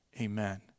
Amen